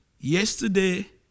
yesterday